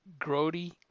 Grody